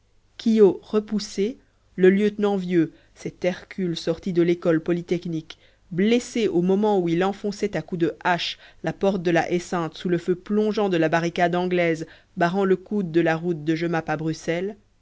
quiot repoussé le lieutenant vieux cet hercule sorti de l'école polytechnique blessé au moment où il enfonçait à coups de hache la porte de la haie sainte sous le feu plongeant de la barricade anglaise barrant le coude de la route de genappe à bruxelles